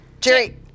Jerry